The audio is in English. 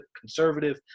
conservative